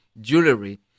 jewelry